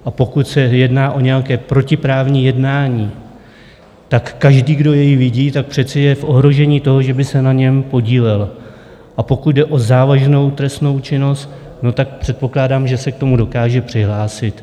A pokud se jedná o nějaké protiprávní jednání, každý, kdo jej vidí, přece je v ohrožení toho, že by se na něm podílel, a pokud jde o závažnou trestnou činnost, tak předpokládám, že se k tomu dokáže přihlásit.